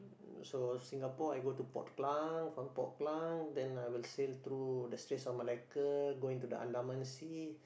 so Singapore I go to Port-Klang from Port-Klang then I will sail through the Straits of Malacca going to the Andaman Sea